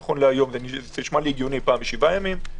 נכון להיום נשמע לי הגיוני אחת לשבעה ימים.